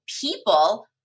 people